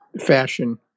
Fashion